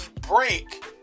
break